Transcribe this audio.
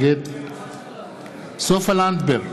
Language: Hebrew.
נגד סופה לנדבר,